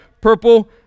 purple